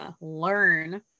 learn